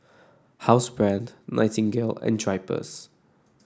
Housebrand Nightingale and Drypers